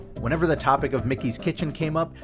whenever the topic of mickey's kitchen came up,